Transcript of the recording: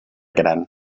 gran